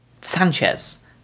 Sanchez